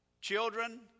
children